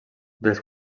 dels